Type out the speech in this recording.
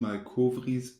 malkovris